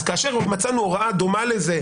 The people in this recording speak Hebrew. אז כאשר מצאנו הוראה דומה לזה,